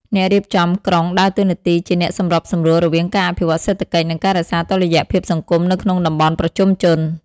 អ្នករៀបចំក្រុងដើរតួនាទីជាអ្នកសម្របសម្រួលរវាងការអភិវឌ្ឍសេដ្ឋកិច្ច និងការរក្សាតុល្យភាពសង្គមនៅក្នុងតំបន់ប្រជុំជន។